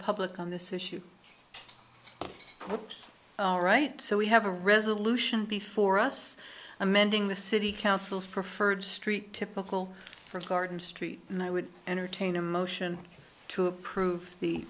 public on this issue what alright so we have a resolution before us amending the city council's preferred street typical for garden street and i would entertain a motion to approve the